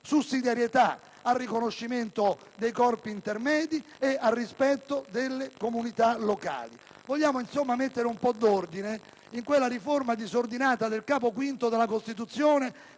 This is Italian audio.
sussidiarietà, al riconoscimento dei corpi intermedi e al rispetto delle comunità locali. Vogliamo insomma mettere un po' di ordine in quella riforma disordinata del Titolo V della Costituzione